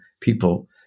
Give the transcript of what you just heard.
people